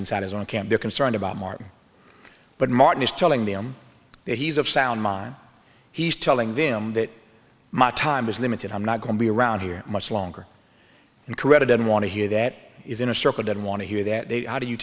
inside his own camp they're concerned about martin but martin is telling them that he's of sound mind he's telling them that my time is limited i'm not going to be around here much longer and credit didn't want to hear that is in a circle don't want to hear that they how do you